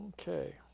Okay